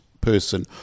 person